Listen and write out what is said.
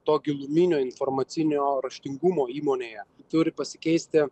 to giluminio informacinio raštingumo įmonėje turi pasikeisti